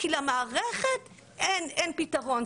כי למערכת אין פתרון.